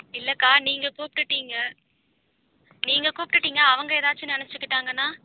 இல்லைக்கா நீங்கள் கூப்பிட்டுட்டீங்க நீங்கள் கூப்பிட்டுட்டீங்க அவங்க ஏதாச்சும் நினச்சிக்கிட்டாங்கன்னா